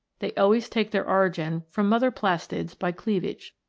they always take their origin from mother plastids by cleavage.